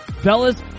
Fellas